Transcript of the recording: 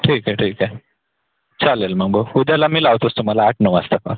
ठीक आहे ठीक आहे चालेल मग भाऊ उद्याला मी लावतोच तुम्हाला आठ नऊ वाजता कॉल